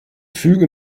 züge